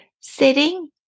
Sitting